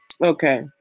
Okay